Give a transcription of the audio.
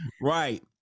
Right